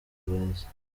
beza